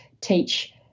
teach